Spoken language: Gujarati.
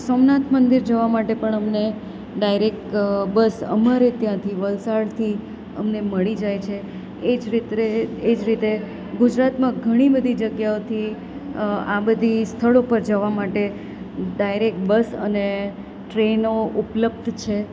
સોમનાથ મંદિર જવા માટે પણ અમને ડાયરેક બસ અમારે ત્યાંથી વલસાડથી અમને મળી જાય છે એ જ રીતે એ જ રીતે ગુજરાતમાં ઘણી બધી જગ્યાઓથી આ બધી સ્થળો પર જવા માટે ડાયરેક બસ અને ટ્રેનો ઉપલબ્ધ છે